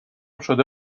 شده